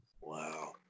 Wow